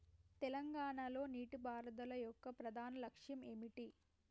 తెలంగాణ లో నీటిపారుదల యొక్క ప్రధాన లక్ష్యం ఏమిటి?